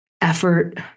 effort